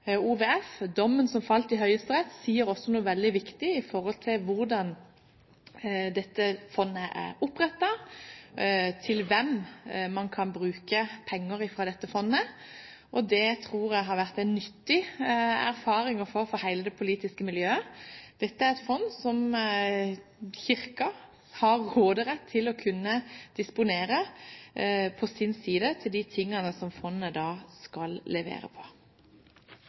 OVF og dommen som falt i Høyesterett, sier noe veldig viktig om hvordan dette fondet ble opprettet, og om hvem det kan bruke penger på. Det tror jeg har vært en nyttig erfaring for hele det politiske miljøet. Dette er et fond som Kirken har råderett over, som de på sin side altså kan disponere ut fra det som fondet skal levere.